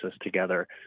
together